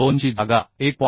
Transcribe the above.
2 ची जागा 1